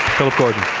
phil gordon.